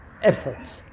Efforts